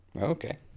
Okay